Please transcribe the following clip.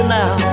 now